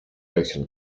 löchern